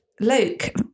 luke